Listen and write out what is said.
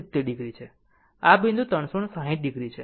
અને અંતે આ બિંદુ 360 o છે